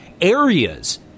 areas